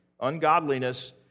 ungodliness